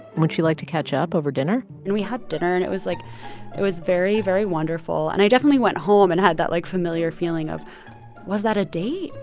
and would she like to catch up over dinner? and we had dinner. and it was, like it was very, very wonderful. and i definitely went home and had that, like, familiar feeling of was that a date?